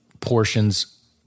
portions